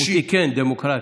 הוא תיקן, דמוקרטית.